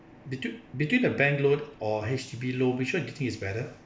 between between the bank loan or H_D_B loan which [one] do you think is better